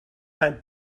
ein